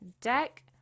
deck